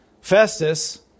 Festus